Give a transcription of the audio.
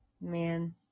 man